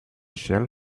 shell